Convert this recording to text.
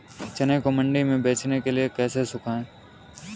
चने को मंडी में बेचने के लिए कैसे सुखाएँ?